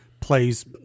plays